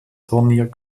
turnier